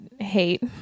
hate